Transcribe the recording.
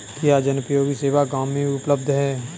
क्या जनोपयोगी सेवा गाँव में भी उपलब्ध है?